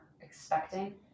expecting